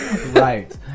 Right